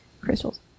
crystals